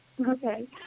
Okay